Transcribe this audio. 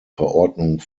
verordnung